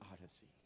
Odyssey